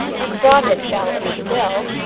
miss brodrick shall if she will.